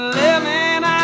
living